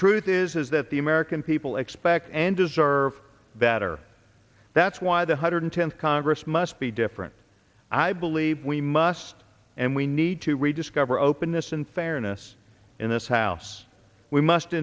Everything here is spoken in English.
truth is that the american people expect and deserve better that's why the hundred tenth congress must be different i believe we must and we need to rediscover openness and fairness in this house we must